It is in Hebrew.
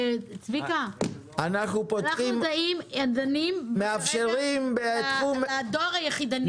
אנחנו מדברים על הדואר היחידני.